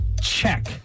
check